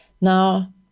Now